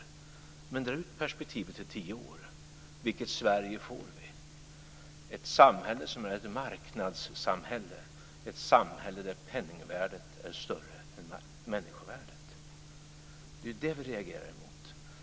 Men om man drar ut perspektivet till tio år, vilket Sverige får vi? Ett samhälle som är ett marknadssamhälle, ett samhälle där penningvärdet är större än människovärdet. Det är ju det som vi reagerar mot.